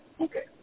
okay